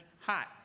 hot